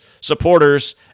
supporters